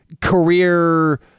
career